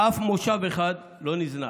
אף מושב אחד" לא נזנח.